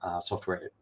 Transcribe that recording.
software